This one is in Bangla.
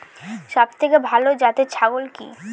সবথেকে ভালো জাতের ছাগল কি?